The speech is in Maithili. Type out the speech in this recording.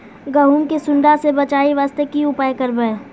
गहूम के सुंडा से बचाई वास्ते की उपाय करबै?